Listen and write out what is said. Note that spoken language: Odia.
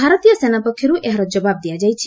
ଭାରତୀୟ ସେନା ପକ୍ଷରୁ ଏହାର ଜବାବ ଦିଆଯାଇଛି